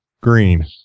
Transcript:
Green